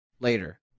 later